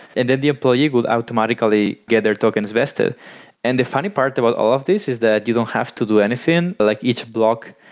and then the employee would automatically get their tokens vested and the funny part with all of these is that you don't have to do anything. like each block,